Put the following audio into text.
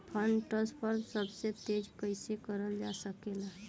Fund transfer सबसे तेज कइसे करल जा सकेला?